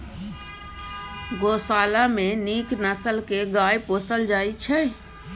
गोशाला मे नीक नसल के गाय पोसल जाइ छइ